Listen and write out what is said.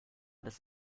des